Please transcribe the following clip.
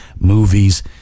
movies